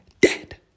dead